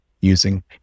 using